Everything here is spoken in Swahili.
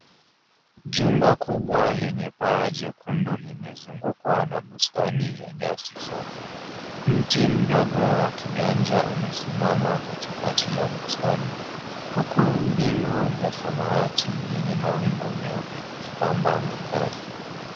Jumba kubwa lenye paa jekundu limezungukwa na bustani ya nyasi safi. Mti mdogo wa kiganja umesimama katikati ya bustani, huku mbingu ya samawati yenye mawingu meupe ikipamba mandhari.